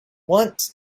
want